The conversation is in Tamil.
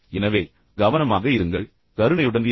எனவே கவனமாக இருங்கள் கருணையுடன் இருங்கள்